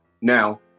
now